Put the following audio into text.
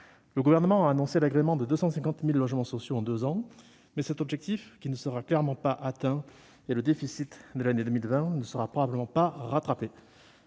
Le Gouvernement a annoncé l'agrément de 250 000 logements sociaux en deux ans, mais cet objectif ne sera clairement pas atteint, et le déficit de l'année 2020 ne sera probablement pas rattrapé.